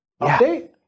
update